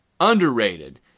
underrated